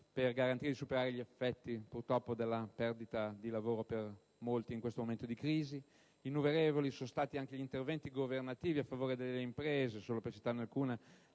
per garantire di superare gli effetti, purtroppo per molti, della perdita del lavoro in questo momento di crisi. Innumerevoli sono stati anche gli interventi governativi a favore delle imprese: ricordo, solo per citarne alcuni,